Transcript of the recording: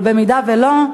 אם לא,